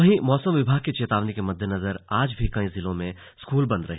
वहीं मौसम विभाग की चेतावनी के मद्देनजर आज भी कई जिलों में स्कूल बंद रहे